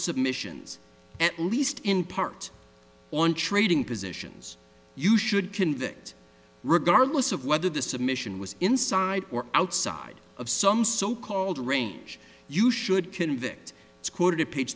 submissions at least in part on trading positions you should convict regardless of whether the submission was inside or outside of some so called range you should convict it's quarter to page